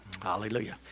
Hallelujah